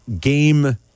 game